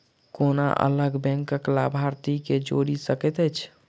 कोना अलग बैंकक लाभार्थी केँ जोड़ी सकैत छी?